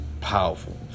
powerful